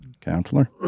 Counselor